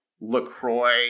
LaCroix